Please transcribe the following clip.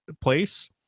place